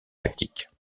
tactiques